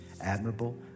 admirable